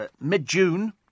mid-June